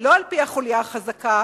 לא על-פי החוליה החזקה